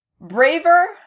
braver